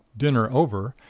dinner over,